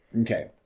Okay